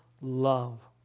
love